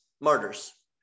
martyrs